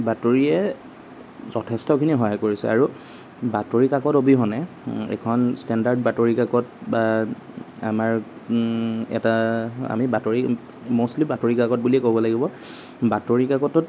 বাতৰিয়ে যথেষ্টখিনি সহায় কৰিছে আৰু বাতৰি কাকত অবিহনে এখন ষ্টেণ্ডাৰ্ড বাতৰি কাকত বা আমাৰ এটা আমি বাতৰি মষ্টলি বাতৰি কাকত বুলিয়েই ক'ব লাগিব বাতৰি কাকতত